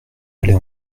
aller